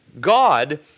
God